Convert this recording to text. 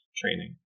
training